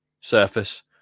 surface